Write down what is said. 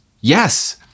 yes